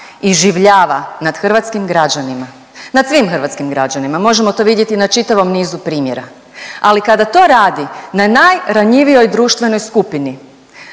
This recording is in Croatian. iživljava nad hrvatskim građanima, nad svim hrvatskim građanima, možemo to vidjeti na čitavom nizu primjera, ali kada to radi na najranjivijoj društvenoj skupini,